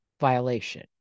violation